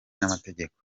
n’amategeko